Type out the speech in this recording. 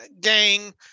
gang